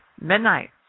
midnight